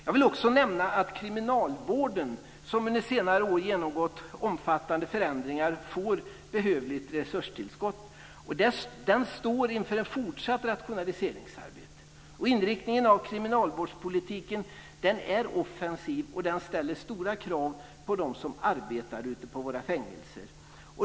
Jag vill också nämna att kriminalvården, som under senare år genomgått omfattande förändringar, får behövligt resurstillskott. Den står inför ett fortsatt rationaliseringsarbete. Inriktningen av kriminalvårdspolitiken är offensiv, och den ställer stora krav på dem som arbetar ute på våra fängelser.